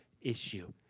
issue